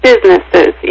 Businesses